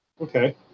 Okay